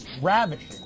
Ravishing